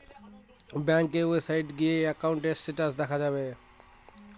ব্যাঙ্কের ওয়েবসাইটে গিয়ে একাউন্টের স্টেটাস দেখা যাবে